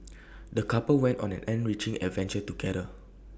the couple went on an enriching adventure together